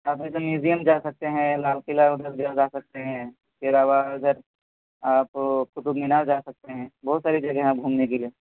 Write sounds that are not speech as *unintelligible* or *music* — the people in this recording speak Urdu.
آپ *unintelligible* میوزیم جا سکتے ہیں لال قلعہ وغیرہ بھی جا سکتے ہیں اس کے علاوہ اگر آپ قطب مینار جا سکتے ہیں بہت ساری جگہ ہیں گھومنے کے لیے